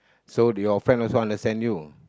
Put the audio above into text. so your friend also understand you